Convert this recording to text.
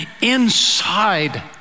inside